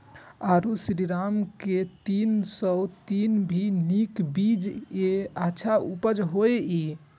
आरो श्रीराम के तीन सौ तीन भी नीक बीज ये अच्छा उपज होय इय?